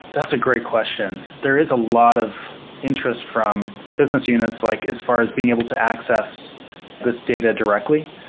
that's a great question. there is a lot of interest from business units like as far as being able to access this data directly.